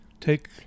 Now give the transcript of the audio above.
Take